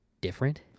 different